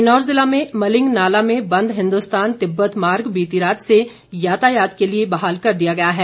किन्नौर ज़िला में मलिंग नाला में बंद हिन्दुस्तान तिब्बत मार्ग बीती रात से यातायात के लिए बहाल कर दिया गया है